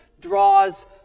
draws